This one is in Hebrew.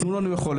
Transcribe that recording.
תנו לנו יכולת,